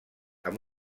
amb